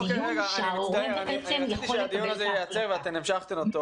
זה דיון שההורים שבעצם יכול לקבל את ההחלטה.